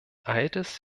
altes